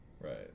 Right